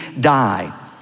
die